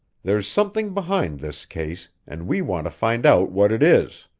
there's something behind this case, and we want to find out what it is.